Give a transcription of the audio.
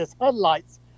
headlights